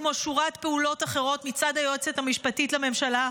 כמו שורת פעולות אחרות מצד היועצת המשפטית לממשלה,